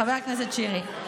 חבר הכנסת שירי.